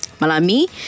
Malami